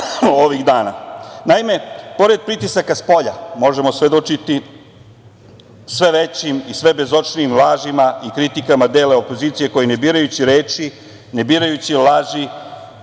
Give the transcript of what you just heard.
dana. Naime, pored pritisaka spolja, možemo svedočiti sve većim i sve bezočnijim lažima i kritikama dela opozicije koji ne birajući reči, ne birajući laži,